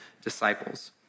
disciples